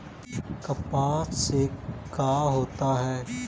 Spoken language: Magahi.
कपास से का होता है?